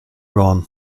gone